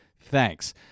Thanks